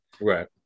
Right